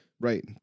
Right